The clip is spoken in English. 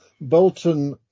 Bolton